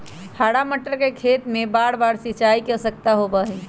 हरा मटर के खेत में बारबार सिंचाई के आवश्यकता होबा हई